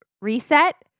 reset